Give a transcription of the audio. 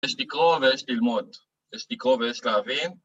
יש לקרוא ויש ללמוד, יש לקרוא ויש להבין